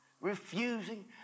refusing